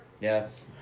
Yes